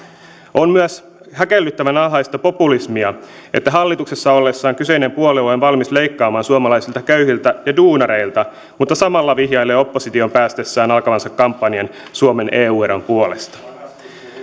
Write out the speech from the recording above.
on myös häkellyttävän alhaista populismia että hallituksessa ollessaan kyseinen puolue on on valmis leikkaamaan suomalaisilta köyhiltä ja duunareilta mutta samalla vihjailee oppositioon päästessään alkavansa kampanjan suomen eu eron puolesta